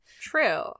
True